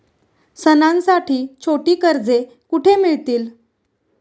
सणांसाठी छोटी कर्जे कुठे मिळतील?